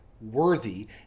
worthy